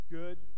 good